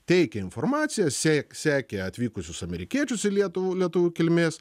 teikė informaciją sėk sekė atvykusius amerikiečius į lietuv lietuvių kilmės